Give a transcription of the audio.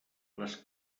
les